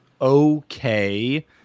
Okay